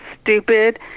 stupid